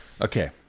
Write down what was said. Okay